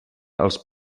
els